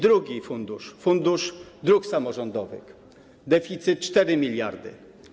Drugi fundusz, Fundusz Dróg Samorządowych - deficyt 4 mld.